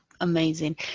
amazing